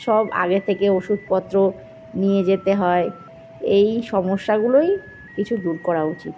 সব আগে থেকে ওষুধপত্র নিয়ে যেতে হয় এই সমস্যাগুলোই কিছু দূর করা উচিত